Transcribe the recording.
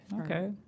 Okay